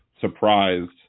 surprised